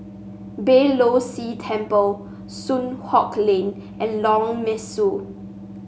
Beeh Low See Temple Soon Hock Lane and Lorong Mesu